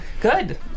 good